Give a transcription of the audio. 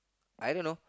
I don't know